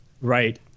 Right